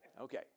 Okay